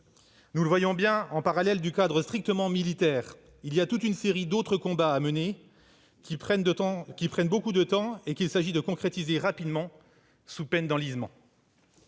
Nous le voyons bien, en parallèle du cadre strictement militaire, il existe toute une série d'autres combats à mener, qui prennent beaucoup de temps et qu'il s'agit de concrétiser rapidement sous peine d'enlisement.